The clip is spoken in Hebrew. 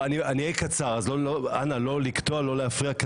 אני אהיה קצר, אז אנא לא לקטוע, לא להפריע.